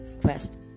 quest